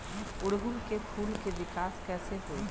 ओड़ुउल के फूल के विकास कैसे होई?